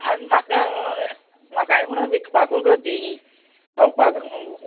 आनी म्हाका म्हाकाय म्हणोन विकपाकू गो ती खावपाक न्हू